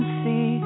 see